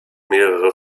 mehrere